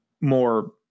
more